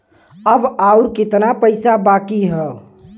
अब अउर कितना पईसा बाकी हव?